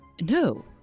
no